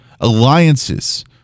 alliances